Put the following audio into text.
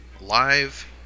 live